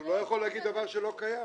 הוא לא יכול להגיד דבר שהוא לא קיים.